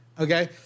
Okay